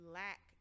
lack